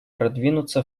продвинуться